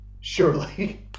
surely